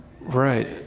Right